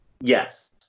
Yes